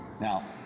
Now